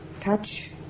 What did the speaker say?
touch